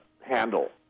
handle